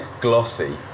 glossy